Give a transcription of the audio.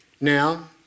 Now